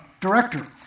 director